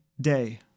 day